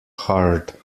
hard